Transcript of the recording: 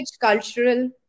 cultural